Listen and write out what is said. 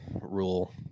rule